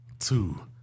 two